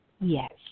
Yes